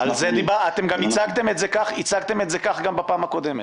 גם הצגתם את זה כך בפעם הקודמת.